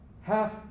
half